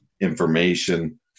information